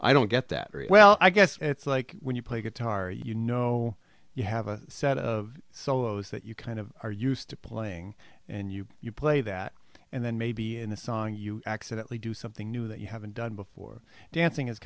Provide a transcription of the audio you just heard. i don't get that well i guess it's like when you play guitar you know you have a set of solos that you kind of are used to playing and you you play that and then maybe in a song you accidently do something new that you haven't done before dancing is